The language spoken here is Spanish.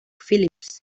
phillips